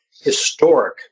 historic